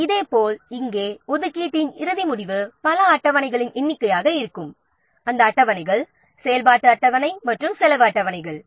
இதேபோல் ஒதுக்கீட்டின் இறுதி முடிவு பல அட்டவணைகளின் எண்ணிக்கையாக இருக்கும் அந்த அட்டவணைகளில் செயல்பாட்டு அட்டவணை மற்றும் செலவு அட்டவணைகள் இருக்கும்